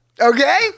Okay